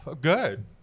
good